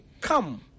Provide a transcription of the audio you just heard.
come